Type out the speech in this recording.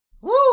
Woo